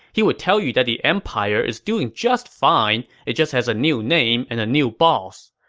he'd tell you the the empire is doing just fine it just has a new name and a new boss.